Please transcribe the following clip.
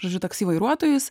žodžiu taksi vairuotojus